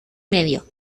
medio